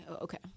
Okay